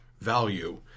value